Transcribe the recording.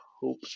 hope